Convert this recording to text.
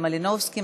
אני